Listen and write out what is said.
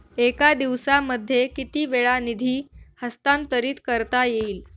एका दिवसामध्ये किती वेळा निधी हस्तांतरीत करता येईल?